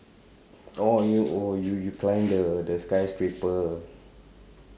oh you oh you you climb the the skyscraper